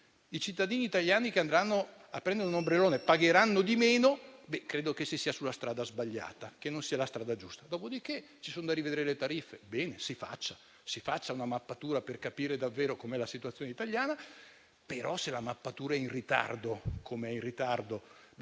i cittadini italiani che andranno a prendere un ombrellone pagheranno di meno, credo che sia sulla strada sbagliata, che non sia su quella giusta. Dopodiché, se c'è da rivedere le tariffe, lo si faccia; si proceda a una mappatura per capire davvero com'è la situazione italiana; però, se la mappatura è in ritardo (come lo è),